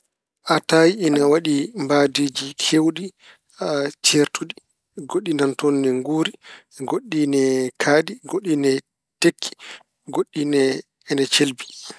Ataye ina waɗi mbaydiiji keewɗi ceertuɗi. Goɗɗi nana toon ina nguuri, goɗɗi ne kaaɗi, goɗɗi ne tekki, goɗɗi ne- ne celbi.